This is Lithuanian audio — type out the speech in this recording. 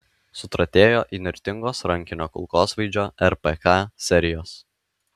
sutratėjo įnirtingos rankinio kulkosvaidžio rpk serijos